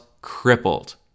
crippled